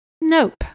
Nope